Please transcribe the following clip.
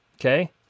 okay